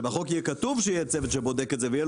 יהיה כתוב שיש צוות שבודק את זה ויהיה